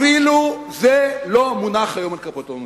אפילו זה לא מונח היום על כפות המאזניים.